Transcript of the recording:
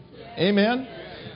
Amen